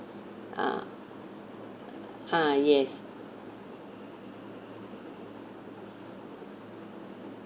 ah ah yes